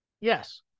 Yes